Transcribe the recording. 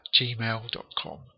gmail.com